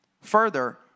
Further